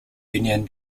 union